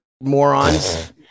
morons